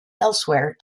elsewhere